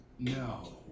No